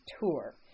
Tour